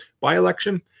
by-election